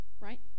right